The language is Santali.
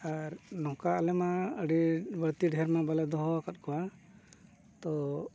ᱟᱨ ᱱᱚᱝᱠᱟ ᱟᱞᱮᱢᱟ ᱟᱹᱰᱤ ᱵᱟᱹᱲᱛᱤ ᱰᱷᱮᱨ ᱢᱟ ᱵᱟᱞᱮ ᱫᱚᱦᱚ ᱟᱠᱟᱫ ᱠᱚᱣᱟ ᱛᱚ